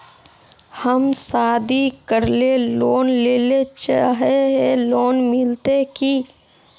हम शादी करले लोन लेले चाहे है लोन मिलते की?